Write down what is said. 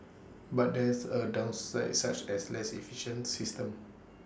but there are downsides such as less efficient system